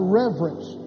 reverence